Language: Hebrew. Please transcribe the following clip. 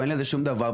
אין לזה שום דבר,